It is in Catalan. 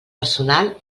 personal